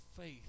faith